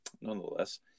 nonetheless